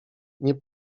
nie